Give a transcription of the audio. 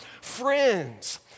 friends